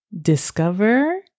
discover